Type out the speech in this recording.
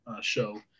show